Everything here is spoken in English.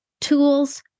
tools